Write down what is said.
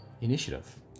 initiative